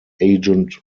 agent